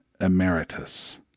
Emeritus